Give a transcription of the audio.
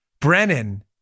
Brennan